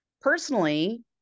personally